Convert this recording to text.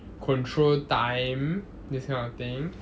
control time this kind of thing